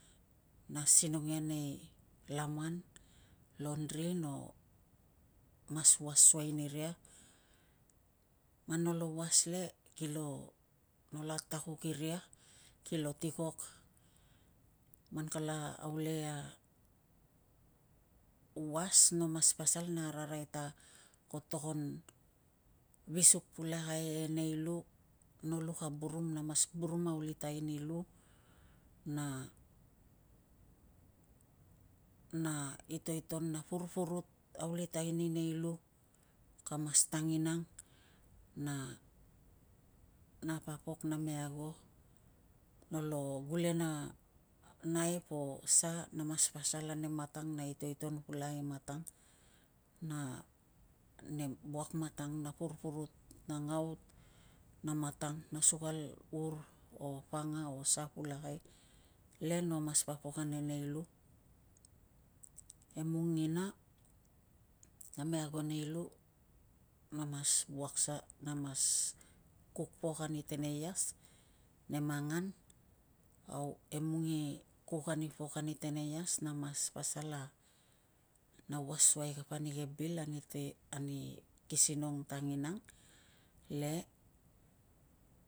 Na asinong ia nei laman. Londiri no mas was suai niria. Man nolo was le kilo nolo atakuk iria kilo tikok, man kala aulei a was, na mas pasal na ararai ta ko togon visuk pulakai e nei lu, no luk a burum na mas burum aulitai ni lu na, na itoiton, na purpurut aulitai ni nei lu, ka mas tanginang na na papok name ago. Nolo gule na naip o sa, na mas pasal ane matang na itoiton pulakai e matang, na nem wuak matang na purpurut na ngaut na matang na sukal ur o panga o sa pulakai le no mas papok ane nei lu. Emung ina name ago nei lu na mas wuak sa na mas kuk pok ani teneias nem angan. Au emung i kuk ani pok ani teneias na mas pasal a na was suai kapa ni ke bil ni ki sinong tanginang le